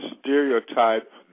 stereotype